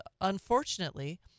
unfortunately